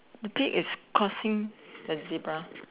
the pig is crossing the zebra